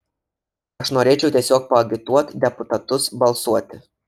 aš norėčiau tiesiog paagituot deputatus balsuoti